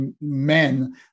men